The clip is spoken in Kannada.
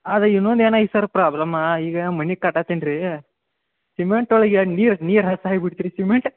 ಆದರೆ ಇನ್ನೊಂದು ಏನಾಗೈತಿ ಸರ್ ಪ್ರಾಬ್ಲಮ್ ಈಗ ಮನೆ ಕಟ್ಟಾತಿನಿ ರೀ ಸಿಮೆಂಟ್ ಒಳಗೆ ನೀರು ನೀರು ಯಾಕೆ ಬಿಡ್ತು ರೀ ಸಿಮೆಂಟ್